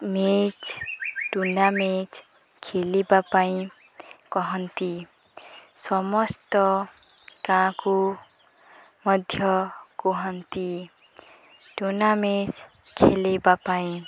match tournament ଖେଲିବା ପାଇଁ କହନ୍ତି ସମସ୍ତ ଗାଁକୁ ମଧ୍ୟ କୁହନ୍ତି ଟୁର୍ଣ୍ଣାମେଣ୍ଟ ଖେଲିବା ପାଇଁ